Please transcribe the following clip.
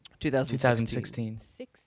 2016